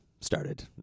started